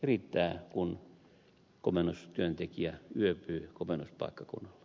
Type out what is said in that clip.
riittää kun komennustyöntekijä yöpyy komennuspaikkakunnalla